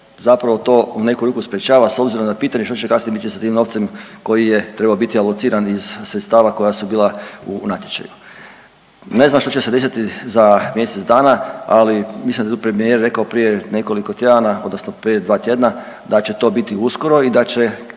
zapravo to u neku ruku sprječava s obzirom na pitanje što će kasnije biti sa tim novcem koji je trebao biti alociran iz sredstava koja su bila u natječaju. Ne znam što će se desiti za mjesec dana, ali mislim da je to premijer rekao prije nekoliko tjedana odnosno prije dva tjedna da će to biti uskoro i da će